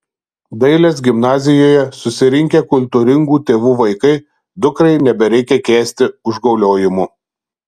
dailės gimnazijoje susirinkę kultūringų tėvų vaikai dukrai nebereikia kęsti užgauliojimų